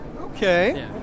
Okay